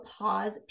pause